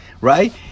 Right